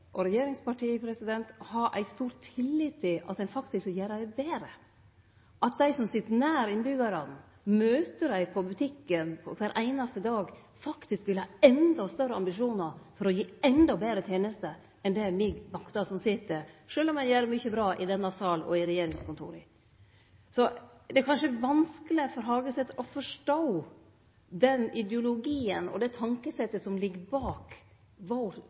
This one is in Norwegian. og regjeringspartia, har ei stor tillit til at ein faktisk vil gjere det betre, at dei som sit nær innbyggjarane, og som møter dei på butikken kvar einaste dag, faktisk vil ha endå større ambisjonar om å gi endå betre tenester enn det me maktar – sjølv om ein gjer mykje bra i denne salen og i regjeringskontora. Så det er kanskje vanskeleg for Hagesæter å forstå den ideologien og det tenkjesettet som ligg bak vår